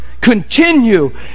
continue